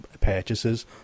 purchases